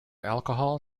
alcohol